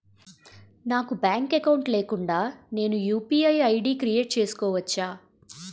నాకు bank account లేకుండా నేను యు.పి.ఐ ఐ.డి క్రియేట్ చేసుకోవచ్చా?